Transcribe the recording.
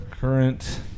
Current